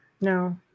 No